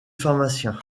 pharmacien